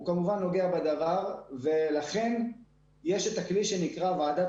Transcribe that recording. הוא כמובן נוגע בדבר ולכן יש את הכלי שנקרא ועדת